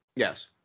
Yes